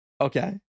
Okay